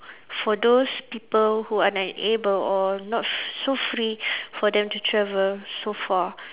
for those people who are unable or not so free for them to travel so far